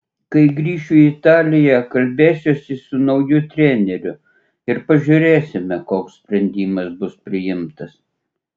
kai grįšiu į italiją kalbėsiuosi su nauju treneriu ir pažiūrėsime koks sprendimas bus priimtas